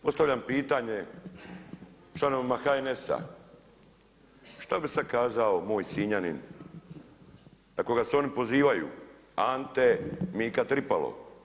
Postavljam pitanje članovima HNS-a, što bi sada kazao moj Sinjanin na koga se oni pozivaju, Ante Mika Tripalo.